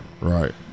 Right